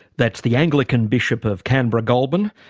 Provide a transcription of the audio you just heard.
that's the anglican bishop of canberra-goulburn,